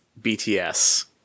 BTS